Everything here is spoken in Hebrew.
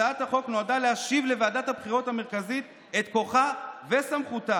הצעת החוק נועדה להשיב לוועדת הבחירות המרכזית את כוחה וסמכותה,